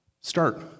start